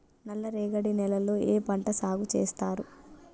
నల్లరేగడి నేలల్లో ఏ పంట సాగు చేస్తారు?